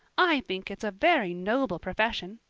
i think it's a very noble profession.